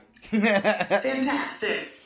Fantastic